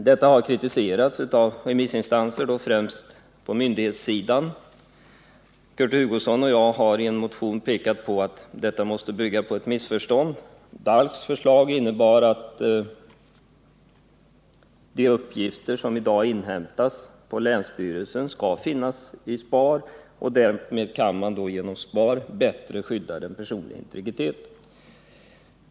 Detta har kritiserats av remissinstanser, främst på myndighetssidan. Kurt Hugosson och jag har i en motion pekat på att detta måste bygga på missförstånd. DALK:s förslag innebar att de uppgifter som i dag inhämtas på länsstyrelsen skall finnas i SPAR, och därmed skall man genom SPAR bättre skydda den personliga integriteten.